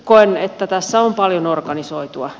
koen että tässä on paljon organisoitua